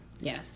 yes